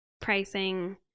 pricing